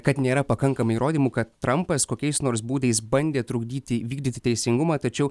kad nėra pakankamai įrodymų kad trampas kokiais nors būdais bandė trukdyti vykdyti teisingumą tačiau